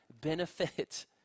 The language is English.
benefit